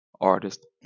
artist